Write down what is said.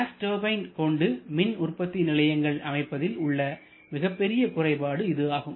case turbine கொண்டு மின் உற்பத்தி நிலையங்கள் அமைப்பதில் உள்ள மிகப்பெரிய குறைபாடு இது ஆகும்